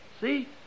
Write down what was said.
See